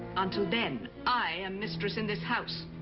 until then, i am mistress in this house,